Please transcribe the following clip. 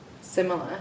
similar